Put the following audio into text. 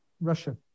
Russia